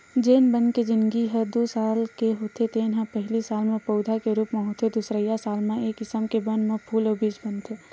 जेन बन के जिनगी ह दू साल के होथे तेन ह पहिली साल म पउधा के रूप म होथे दुसरइया साल म ए किसम के बन म फूल अउ बीज बनथे